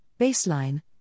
baseline